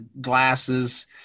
glasses